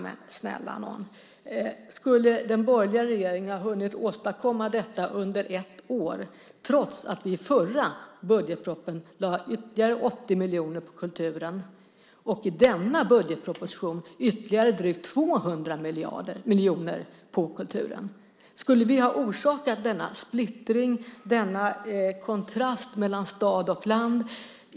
Men snälla nån - skulle den borgerliga regeringen ha hunnit åstadkomma detta under ett år trots att vi i förra budgetpropositionen lade ytterligare 80 miljoner och i denna budgetproposition ytterligare drygt 200 miljoner på kulturen? Skulle vi ha orsakat denna splittring och denna kontrast mellan stad och land?